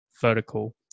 vertical